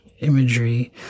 imagery